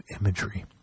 imagery